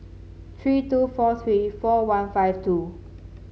three two four three four one five two